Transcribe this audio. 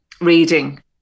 reading